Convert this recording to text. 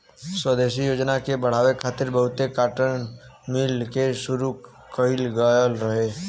स्वदेशी योजना के बढ़ावे खातिर बहुते काटन मिल के शुरू कइल गइल रहे